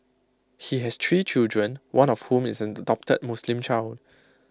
he has tree children one of whom is an adopted Muslim child